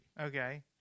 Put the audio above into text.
Okay